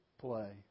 play